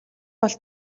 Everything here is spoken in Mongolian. бол